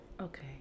Okay